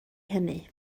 hynny